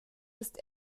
ist